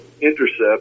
intercept